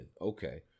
Okay